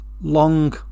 long